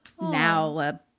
Now